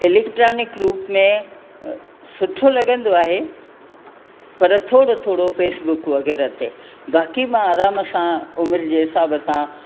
electronic रूप में सुठो लॻंदो आहे पर थोरो थोरो फेसबुक वग़ैरह ते बाक़ी मां आराम सां उमिरि जे हिसाब सां